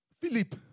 Philip